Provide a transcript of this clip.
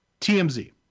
TMZ